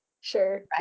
Sure